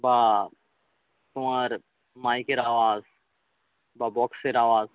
বা তোমার মাইকের আওয়াজ বা বক্সের আওয়াজ